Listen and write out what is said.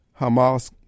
Hamas